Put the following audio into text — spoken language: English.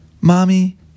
Mommy